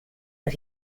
but